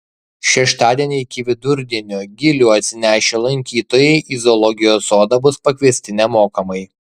šeštadienį iki vidurdienio gilių atsinešę lankytojai į zoologijos sodą bus pakviesti nemokamai